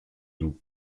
doubs